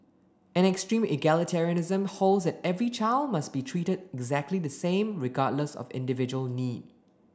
an extreme egalitarianism holds that every child must be treated exactly the same regardless of individual need